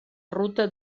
ruta